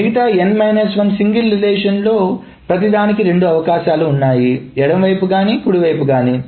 మిగతా n 2 single రిలేషన్స్లో ప్రతిదానికి రెండు అవకాశాలు ఉన్నాయి ఎడమవైపు గానీ కుడివైపు గానీ